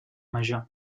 major